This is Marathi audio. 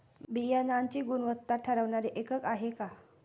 बियाणांची गुणवत्ता ठरवणारे एकक आहे का?